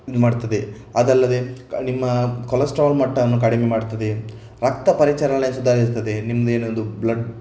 ಮಾಡ್ತದೆ ಅದಲ್ಲದೆ ನಿಮ್ಮ ಕೊಲೆಸ್ಟ್ರಾಲ್ ಮಟ್ಟವನ್ನು ಕಡಿಮೆ ಮಾಡ್ತದೆ ರಕ್ತ ಪರಿಚಲನೆ ಸುಧಾರಿಸ್ತದೆ ನಿಮ್ಮದೇನದು ಬ್ಲಡ್